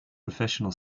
professional